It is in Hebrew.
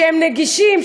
שהם נגישים,